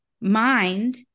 mind